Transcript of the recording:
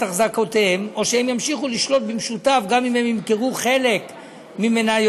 החזקותיהם או שהם ימשיכו לשלוט במשותף גם אם הם ימכרו חלק ממניותיהם.